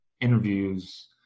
interviews